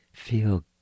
Feel